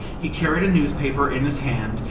he carried a newspaper in his hand,